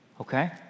Okay